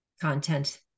content